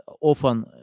often